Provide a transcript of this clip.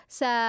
sa